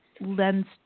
lends